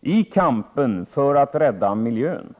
i kampen för att rädda miljön.